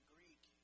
Greek